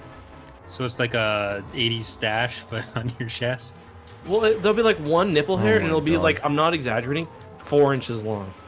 so it's like a eighty stache but on kind of your chest well, they'll be like one nipple hair and it'll be like i'm not exaggerating four inches long